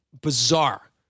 bizarre